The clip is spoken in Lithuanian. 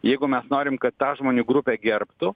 jeigu mes norim kad tą žmonių grupė gerbtų